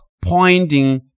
pointing